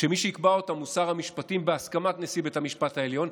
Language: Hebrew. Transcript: שמי שיקבע אותם הוא שר המשפטים בהסכמת נשיא בית המשפט העליון.